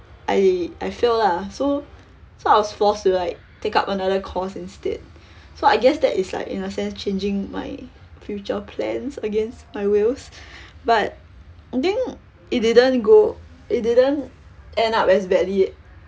I I failed lah so so I was forced to like take up another course instead so I guess that is like in a sense changing my future plans against my wills but I think it didn't go it didn't end up as badly